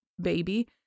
baby